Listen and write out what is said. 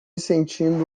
sentindo